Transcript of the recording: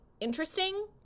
interesting